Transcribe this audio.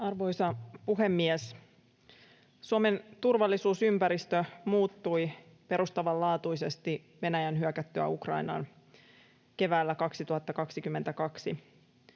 Arvoisa puhemies! Suomen turvallisuusympäristö muuttui perustavanlaatuisesti Venäjän hyökättyä Ukrainaan keväällä 2022.